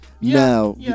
now